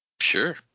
Sure